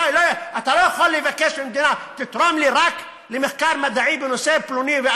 אתה לא יכול לבקש ממדינה: תתרום לי רק למחקר מדעי בנושא זה או זה,